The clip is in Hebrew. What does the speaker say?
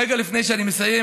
רגע לפני שאני מסיים,